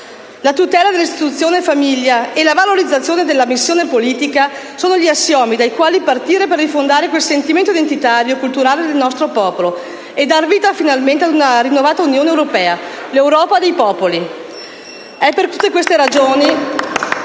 La tutela dell'istituzione famiglia e la valorizzazione della missione politica sono gli assiomi dai quali partire per rifondare quel sentimento identitario e culturale del nostro popolo e dar vita finalmente ad una rinnovata Unione europea: l'Europa dei popoli. *(Applausi dal